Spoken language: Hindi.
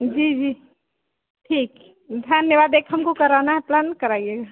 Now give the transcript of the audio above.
जी जी ठीक धन्यवाद एक हमको कराना है प्लान कराइए